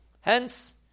Hence